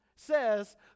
says